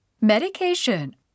Medication